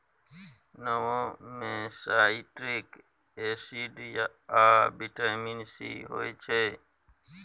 नेबो मे citric acid आ बिटामिन सी होइ छै